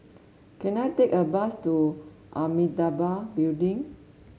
can I take a bus to Amitabha Building